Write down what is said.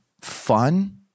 fun